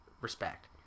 respect